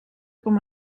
com